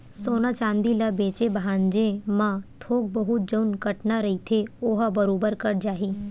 सोना चांदी ल बेंचे भांजे म थोक बहुत जउन कटना रहिथे ओहा बरोबर कट जाही